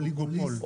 אוליגופול.